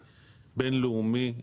בינלאומי,